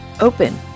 open